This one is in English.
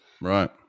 Right